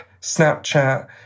Snapchat